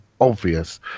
obvious